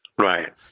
Right